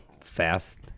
fast